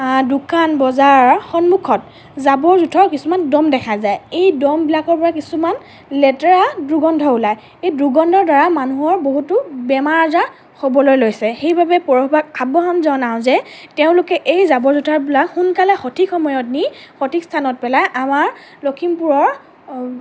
দোকান বজাৰৰ সন্মুখত জাবৰ জোথৰ কিছুমান দ'ম দেখা যায় এই দ'মবিলাকৰ পৰা কিছুমান লেতেৰা দুৰ্গন্ধ ওলায় এই দুৰ্গন্ধৰ দ্বাৰা মানুহৰ বহুতো বেমাৰ আজাৰ হ'বলৈ লৈছে সেইবাবে পৌৰসভাক আহ্বান জনাওঁ যে তেওঁলোকে এই জাবৰ জোথৰবিলাক সোনকালে সঠিক সময়ত নি সঠিক স্থানত পেলাই আমাৰ লখিমপুৰৰ